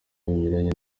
binyuranye